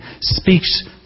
speaks